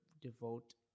devote